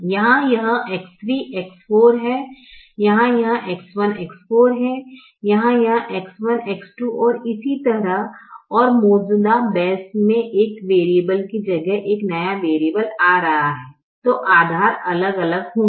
यहाँ यह X3 X4 है यहाँ यह X1 X4 है यहाँ यह X1 X2 और इसी तरह और मौजूदा बेस में एक वैरिएबल की जगह एक नया वेरिएबल आ रहा है तो आधार अलग अलग होंगे